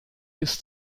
ist